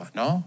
no